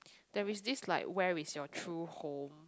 there is this like where is your true home